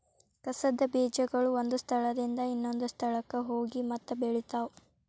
ಕಸದ ಬೇಜಗಳು ಒಂದ ಸ್ಥಳದಿಂದ ಇನ್ನೊಂದ ಸ್ಥಳಕ್ಕ ಹೋಗಿ ಮತ್ತ ಬೆಳಿತಾವ